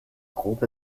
grob